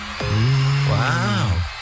Wow